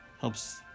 helps